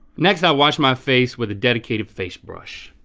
next i wash my face with a dedicated face brush.